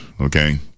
Okay